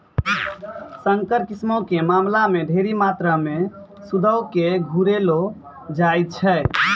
संकर किस्मो के मामला मे ढेरी मात्रामे सूदो के घुरैलो जाय छै